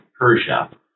Persia